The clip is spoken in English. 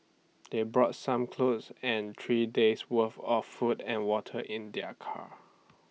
they brought some clothes and three days worth of food and water in their car